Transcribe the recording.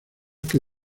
que